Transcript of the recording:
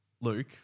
Luke